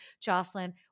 Jocelyn